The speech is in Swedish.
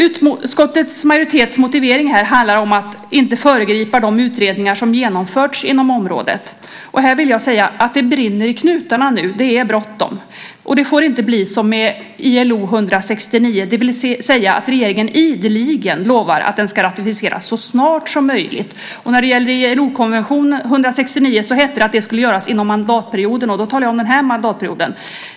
Utskottsmajoritetens motivering handlar om att man inte ska föregripa de utredningar som har genomförts inom området. Här vill jag säga att det nu brinner i knutarna. Det är bråttom. Och det får inte bli som med ILO-konventionen 169, det vill säga att regeringen ideligen lovar att den ska ratificeras så snart som möjligt. När det gäller ILO-konventionen 169 sades det att den skulle ratificeras inom mandatperioden, och då talar jag om den här mandatperioden.